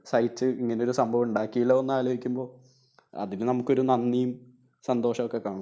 സഹിച്ച് ഇങ്ങനൊരു സംഭവം ഉണ്ടാക്കിയല്ലോ എന്ന് ആലോചിക്കുമ്പോള് അതിൽ നമുക്കൊരു നന്ദിയും സന്തോഷവുമൊക്കെ കാണും